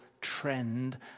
trend